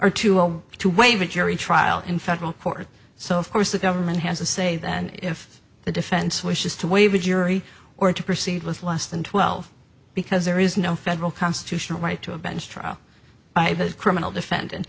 or to go to waive a jury trial in federal court so of course the government has to say that and if the defense wishes to waive a jury or to proceed with less than twelve because there is no federal constitutional right to a bench trial criminal defendant